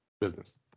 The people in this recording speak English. business